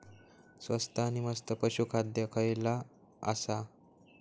स्वस्त आणि मस्त पशू खाद्य खयला आसा?